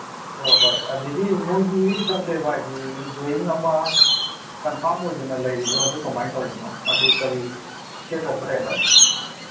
ꯍꯣꯏ ꯍꯣꯏ ꯑꯗꯒꯤ ꯃꯣꯏꯒꯤ ꯗ꯭ꯔꯣꯋꯤꯡ ꯑꯃ ꯀꯟꯐꯥꯝ ꯑꯣꯏꯗꯅ ꯂꯩꯔꯤꯗꯣ ꯑꯗꯨ ꯀꯃꯥꯏꯅ ꯇꯧꯕꯅꯣ ꯑꯗꯨ